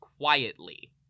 quietly